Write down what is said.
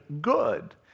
good